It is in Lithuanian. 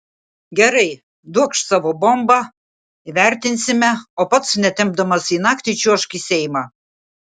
gerai duokš savo bombą įvertinsime o pats netempdamas į naktį čiuožk į seimą